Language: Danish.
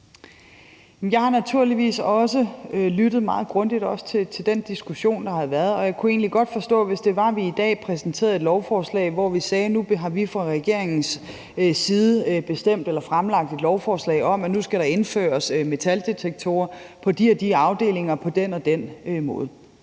Jeg har naturligvis også lyttet meget grundigt, også til den diskussion, der har været, og jeg kunne egentlig godt forstå det, hvis det var, at vi i dag præsenterede et lovforslag, hvor vi sagde, at nu har vi fra regeringens side bestemt eller fremsat et lovforslag om, at nu skal der indføres metaldetektorer på de og de afdelinger på den og den måde.